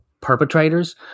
perpetrators